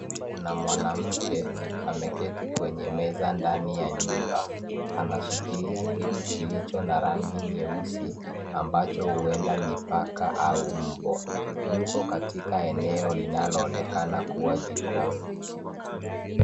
Kuna mwanamke ameketi kwenye meza ndani ya nyumba anashikilia kitu kilocho na rangi nyeusi ambacho huenda ni paka au mbwa . Yuko katika eneo linalo onekana kuwa jikoni.